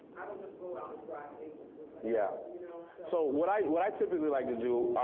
i don't just go out and drive aimlessly. yeah so what i what i typically like to do,